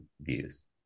views